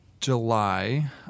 July